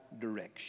direction